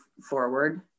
forward